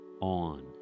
on